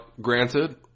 granted